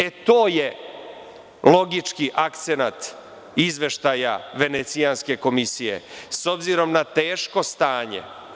E to je logički akcenat izveštaja Venecijanske komisije – s obzirom na teško stanje.